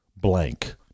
blank